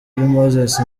moses